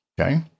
okay